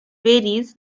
varies